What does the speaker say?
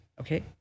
okay